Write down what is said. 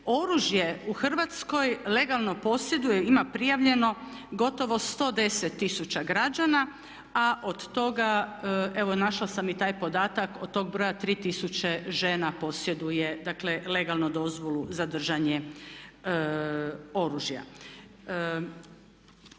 Oružje u Hrvatskoj legalno posjeduje, ima prijavljeno gotovo 110 tisuća građana a od toga evo našla sam i taj podatak od toga broja 3000 žena posjeduje legalno dozvolu za držanje oružja.